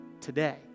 today